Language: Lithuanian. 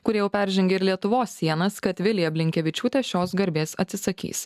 kurie jau peržengė ir lietuvos sienas kad vilija blinkevičiūtė šios garbės atsisakys